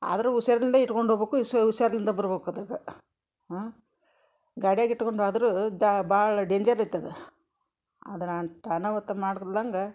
ಆದರೂ ಹುಷಾರಿಂದೆ ಇಟ್ಕೊಂಡು ಹೋಗ್ಬೇಕು ಉಷೆ ಹುಷಾರ್ಲಿಂದ ಬರಬೇಕು ಅದರಾಗ ಗಾಡಿಯಾಗ ಇಟ್ಕೊಂಡಾದರೂ ದಾ ಭಾಳ ಡೇಂಜರ್ ಐತದು ಅದರ ಅಷ್ಟ್ ಅನಾಹುತ ಮಾಡಕ್ಲ್ದಂಗ